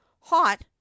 hot